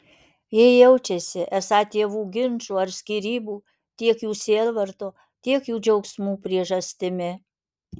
jie jaučiasi esą tėvų ginčų ar skyrybų tiek jų sielvarto tiek jų džiaugsmų priežastimi